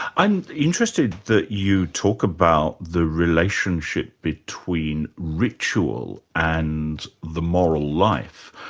i'm interested that you talk about the relationship between ritual and the moral life.